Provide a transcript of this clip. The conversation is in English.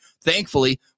Thankfully